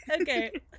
Okay